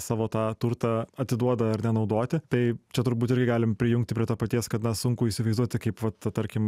savo tą turtą atiduoda ar ne naudoti tai čia turbūt irgi galim prijungti prie to paties kad na sunku įsivaizduoti kaip vat tarkim